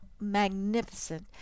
magnificent